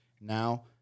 Now